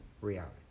reality